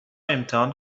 امتحان